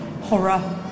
horror